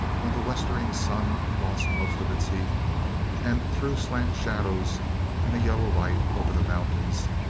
when the westering sun lost most of its heat and threw slant shadows and a yellow light over the mountains,